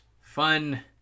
fun